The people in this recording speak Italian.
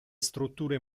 strutture